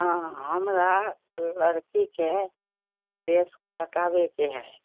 हँ हमरा लड़कीके केस कटाबैके हय